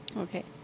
okay